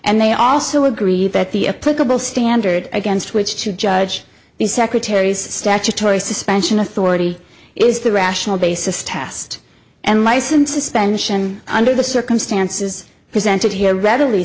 and they also agree that the a political standard against which to judge the secretary's statutory suspension authority is the rational basis test and license suspension under the circumstances presented here readily